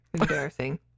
embarrassing